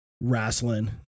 wrestling